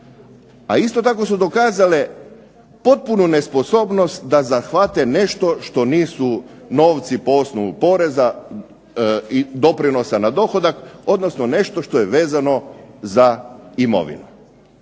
A isto tako su dokazale potpunu nesposobnost da zahvate nešto što nisu novci po osnovu poreza, i doprinosa na dohodak, odnosno nešto što je vezano za imovinu.